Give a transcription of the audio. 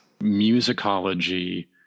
Musicology